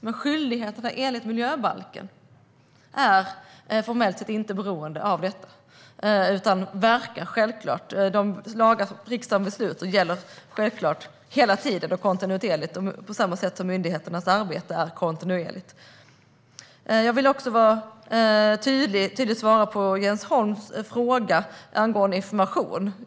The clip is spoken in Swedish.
Men skyldigheterna enligt miljöbalken är formellt sett inte beroende av detta, utan de lagar som riksdagen beslutar om gäller självklart kontinuerligt, på samma sätt som myndigheternas arbete är kontinuerligt. Jag vill också svara tydligt på Jens Holms fråga angående information.